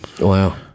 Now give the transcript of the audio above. Wow